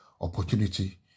opportunity